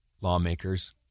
lawmakers